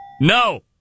No